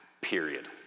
period